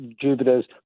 Jupiters